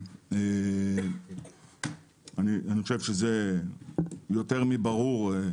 אני חושב שזה יותר מברור.